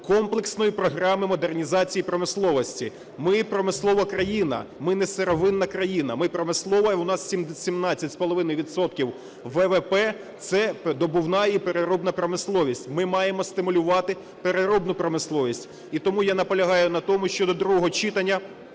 комплексної програми модернізації промисловості. Ми промислова країна, ми не сировинна країна, ми промислова і у нас 17,5 відсотків ВВП, це добувна і переробна промисловість. Ми маємо стимулювати переробну промисловість. І тому я наполягаю на тому, що до другого читання